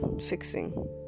fixing